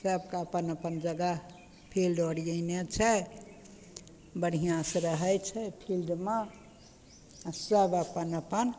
सबके अपन अपन जगह फील्ड ओरियेने छै बढ़िआँसँ रहय छै फील्डमे आओर सब अपन अपन